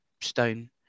stone